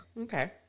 Okay